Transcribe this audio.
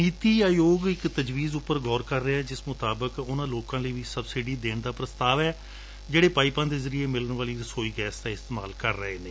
ਨੀਤੀ ਆਯੋਗ ਇਕ ਤਜਵੀਜ਼ ਉਪਰ ਗੌਰ ਕਰ ਰਿਹੈ ਜਿਸ ਮੁਤਾਬਕ ਉਨਾਂ ਲੋਕਾਂ ਲਈ ਵੀ ਸਬਸਿਡੀ ਦੇਣ ਦਾ ਪ੍ਸਤਾਵ ਏ ਜਿਹੜੇ ਪਾਈਪਾਂ ਦੇ ਜ਼ਰੀਏ ਮਿਲਣ ਵਾਲੀ ਰਸੋਈ ਗੈਸ ਦਾ ਇਸਤੇਮਾਲ ਕਰ ਰਹੇ ਨੇ